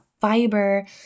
fiber